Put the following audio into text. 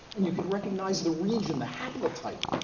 and you could recognize the region, the haplotype,